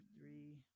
three